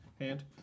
hand